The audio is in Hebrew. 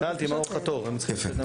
שאלתי מה אורך התור, הם עוד צריכים לענות.